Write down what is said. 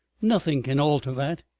nothing can alter that.